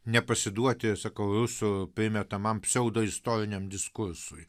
nepasiduoti sakau rusų primetamam pseudoistoriniam diskursui